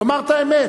לומר את האמת.